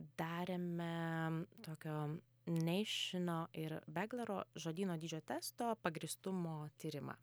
darėme tokio neišino ir beglaro žodyno dydžio testo pagrįstumo tyrimą